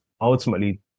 ultimately